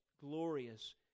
glorious